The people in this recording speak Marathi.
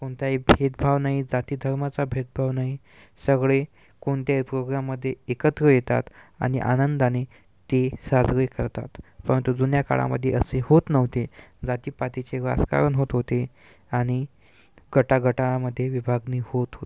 कोणताही भेदभाव नाही जातीधर्माचा भेदभाव नाही सगळे कोणत्याही प्रोग्राममध्ये एकत्र येतात आणि आनंदाने ते साजरे करतात परंतु जुन्या काळामध्ये असे होत नव्हते जातीपातीचे राजकारण होत होते आणि गटागटामध्ये विभागणी होत होती